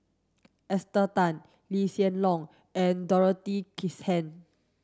Esther Tan Lee Hsien Loong and Dorothy Krishnan